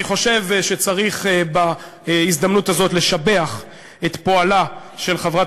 אני חושב שצריך בהזדמנות הזאת לשבח את פועלה של חברת